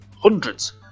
hundreds